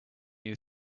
new